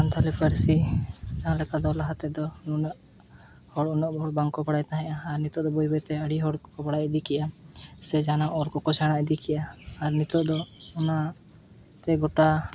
ᱥᱟᱱᱛᱷᱟᱲᱤ ᱯᱟᱹᱨᱥᱤ ᱡᱟᱦᱟᱸ ᱞᱮᱠᱟ ᱫᱚ ᱡᱟᱦᱟᱸ ᱛᱤᱱᱟᱹᱜ ᱱᱩᱱᱟᱹᱜ ᱦᱚᱲ ᱩᱱᱟᱹᱜ ᱵᱟᱝ ᱠᱚ ᱵᱟᱲᱟᱭ ᱛᱟᱦᱮᱸᱫ ᱟᱨ ᱱᱤᱛᱚᱜ ᱫᱚ ᱵᱟᱹᱭ ᱵᱟᱹᱭ ᱛᱮ ᱟᱹᱰᱤ ᱦᱚᱲ ᱠᱚ ᱵᱟᱲᱟᱭ ᱤᱫᱤ ᱠᱮᱜᱼᱟ ᱥᱮ ᱡᱟᱦᱟᱱᱟᱜ ᱚᱞ ᱠᱚᱠᱚ ᱥᱮᱬᱟ ᱤᱫᱤ ᱠᱮᱜᱼᱟ ᱟᱨ ᱱᱤᱛᱚᱜ ᱫᱚ ᱚᱱᱟᱛᱮ ᱜᱳᱴᱟ